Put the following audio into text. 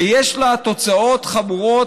ויש לה תוצאות חמורות.